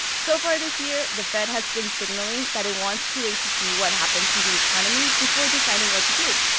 so far this year, the fed has been signaling that it wants to wait to see what happens in the economy before deciding what to do.